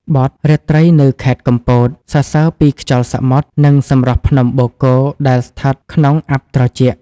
បទ «រាត្រីនៅខេត្តកំពត» សរសើរពីខ្យល់សមុទ្រ និងសម្រស់ភ្នំបូកគោដែលស្ថិតក្នុងអ័ព្ទត្រជាក់។